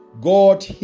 God